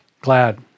glad